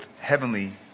heavenly